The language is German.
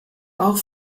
auch